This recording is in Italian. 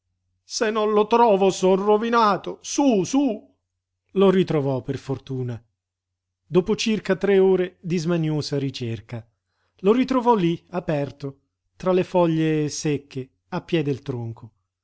se non lo trovo son rovinato sú sú lo ritrovò per fortuna dopo circa tre ore di smaniosa ricerca lo ritrovò lí aperto tra le foglie secche a piè del tronco